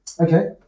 Okay